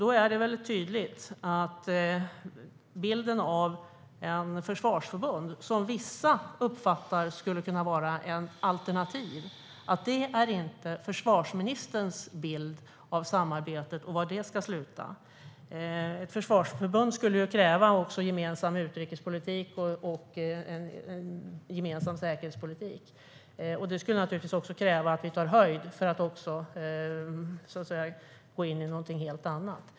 Då är det tydligt att bilden av ett försvarsförbund, som vissa uppfattar som ett alternativ, inte är försvarsministerns bild av samarbetet och var det ska sluta. Ett försvarsförbund skulle kräva också gemensam utrikespolitik och säkerhetspolitik. Det skulle naturligtvis också kräva att vi tar höjd för att gå in i något helt annat.